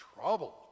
trouble